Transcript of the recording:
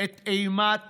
את אימת